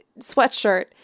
sweatshirt